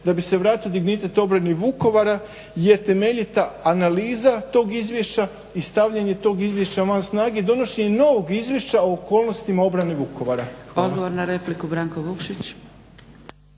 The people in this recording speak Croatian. da bi se vratio dignitet obrani Vukovara je temeljita analiza tog izvješća i stavljanje tog izvješća van snage i donošenje novog izvješća o okolnosti obrane Vukovara.